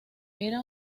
era